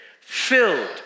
Filled